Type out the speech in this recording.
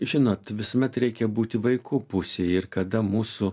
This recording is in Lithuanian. žinot visuomet reikia būti vaikų pusėje ir kada mūsų